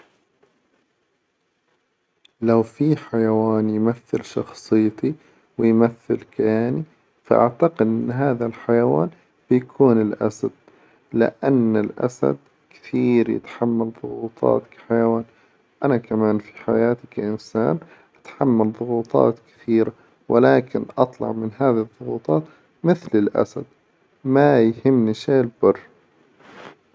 لو في حيوان يمثل شخصيتي ويمثل كياني فأعتقد إن هذا الحيوان بيكون الأسد، لأن الأسد كثير يتحمل ظغوطات كحيوان، أنا كمان في حياتي كإنسان أتحمل ظغوطات كثيرة، ولكن أطلع من هذي الظغوطات مثل الأسد ما يهمني شيء بر.